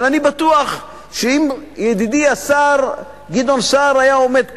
אבל אני בטוח שאם ידידי השר גדעון סער היה עומד כאן,